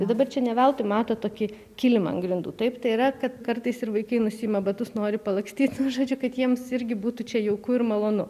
ir dabar čia ne veltui matot tokį kilimą ant grindų taip tai yra kad kartais ir vaikai nusiima batus nori palakstyt nu žodžiu kad jiems irgi būtų čia jauku ir malonu